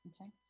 okay